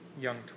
young